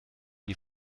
die